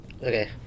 Okay